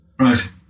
Right